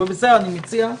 אבל אני מציע,